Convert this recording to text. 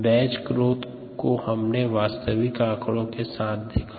batch growth को हमने वास्तविक आंकड़ो के साथ देखा